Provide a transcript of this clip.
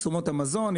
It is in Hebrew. תשומות המזון.